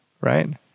Right